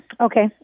Okay